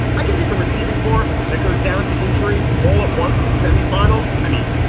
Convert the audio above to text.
i can take a receiving corps that goes down to injury all at once in the semifinals. i mean,